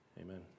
Amen